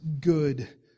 good